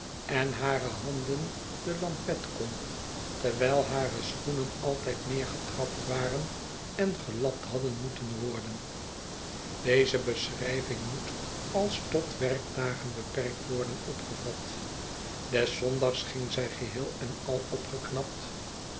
en hare handen de lampetkom terwijl hare schoenen altijd neergetrapt waren en gelapt hadden moeten worden deze beschrijving moet als tot werkdagen beperkt worden opgevat des zondags ging zij geheel en al opgeknapt